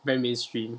very mainstream